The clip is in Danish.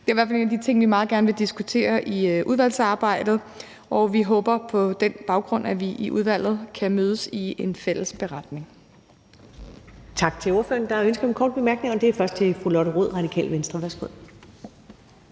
Det er i hvert fald en af de ting, vi meget gerne vil diskutere i udvalgsarbejdet, og vi håber på den baggrund, at vi i udvalget kan mødes om en fælles beretning. Kl. 15:33 Første næstformand (Karen Ellemann): Tak til ordføreren. Der er ønske om en kort bemærkning, og den er til fru Lotte Rod, Radikale Venstre. Værsgo.